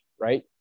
right